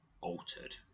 altered